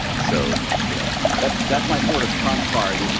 so you know that's that's my sort of trump card.